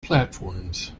platforms